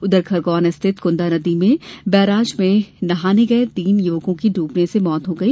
उधर खरगौन स्थित कुन्दा नदी में बैराज में नहाने गये तीन युवकों की डूबने से मौत हो गई